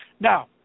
Now